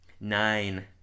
Nine